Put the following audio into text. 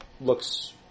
looks